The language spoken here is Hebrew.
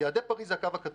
יעדי פריז זה הקו הכתום.